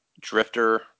Drifter